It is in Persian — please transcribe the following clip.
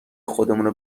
خودمونه